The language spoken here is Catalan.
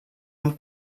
amb